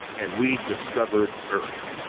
and we discovered earth.